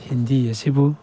ꯍꯤꯟꯗꯤ ꯑꯁꯤꯕꯨ